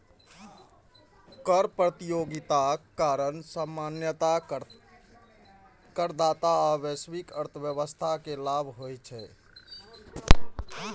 कर प्रतियोगिताक कारण सामान्यतः करदाता आ वैश्विक अर्थव्यवस्था कें लाभ होइ छै